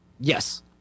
Yes